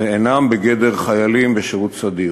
ואינם בגדר חיילים בשירות סדיר.